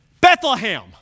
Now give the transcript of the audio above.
Bethlehem